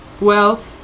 Well